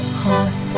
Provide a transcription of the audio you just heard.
heart